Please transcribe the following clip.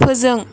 फोजों